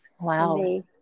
Wow